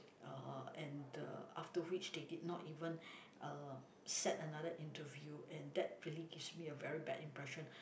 uh and the after which they did not even uh set another interview and that really gives me a very bad impression